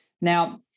Now